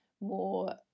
more